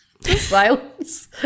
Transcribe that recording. Silence